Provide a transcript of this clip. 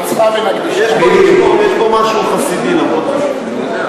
יש בו משהו חסידי למרות מה שהוא אומר.